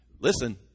Listen